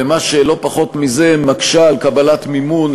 ולא פחות מזה, מקשה קבלת מימון.